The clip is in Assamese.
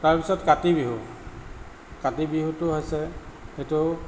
তাৰপিছত কাতি বিহু কাতি বিহুটো হৈছে সেইটো